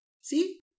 See